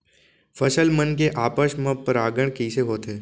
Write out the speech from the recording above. फसल मन के आपस मा परागण कइसे होथे?